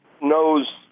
knows